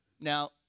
Now